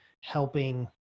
helping